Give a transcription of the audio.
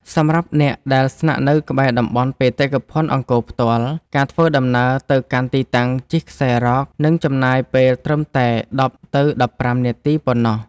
សម្រាប់អ្នកដែលស្នាក់នៅក្បែរតំបន់បេតិកភណ្ឌអង្គរផ្ទាល់ ការធ្វើដំណើរទៅកាន់ទីតាំងជិះខ្សែរ៉កនឹងចំណាយពេលត្រឹមតែ ១០ ទៅ ១៥ នាទីប៉ុណ្ណោះ។